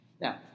Now